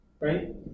right